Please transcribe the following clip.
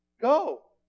Go